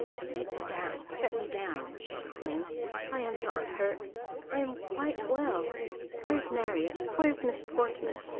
set me down, set me down, she exclaimed i am not hurt i am quite well where's marriott? where's miss portman?